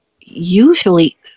usually